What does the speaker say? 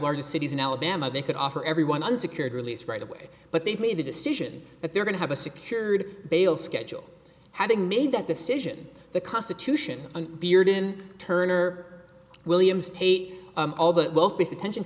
largest cities in alabama they could offer everyone unsecured release right away but they've made a decision that they're going to have a secured bail schedule having made that decision the constitution bearden turner williams take all the wealth based attention